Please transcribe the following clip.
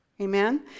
Amen